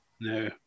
No